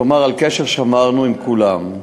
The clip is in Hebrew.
כלומר, על קשר שמרנו עם כולם.